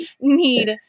need